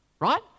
right